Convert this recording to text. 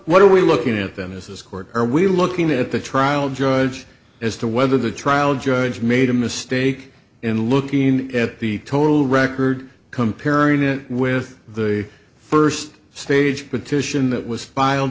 what are we looking at them as court are we looking at the trial judge as to whether the trial judge made a mistake in looking at the total record comparing it with the first stage petition that was filed